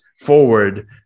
forward